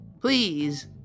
Please